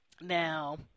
Now